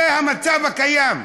זה המצב הקיים.